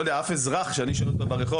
אף אחד שאני שואל אותו ברחוב,